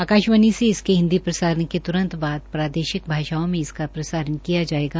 आकाशवाणी से इसके हिन्दी प्रसारण के त्रंत बाद प्रादेशिक भाषाओं में इसका प्रसारण किया जायेगा